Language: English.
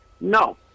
No